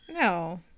No